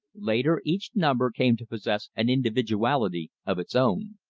later, each number came to possess an individuality of its own.